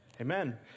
Amen